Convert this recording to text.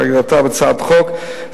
כהגדרתה בהצעת החוק,